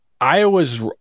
Iowa's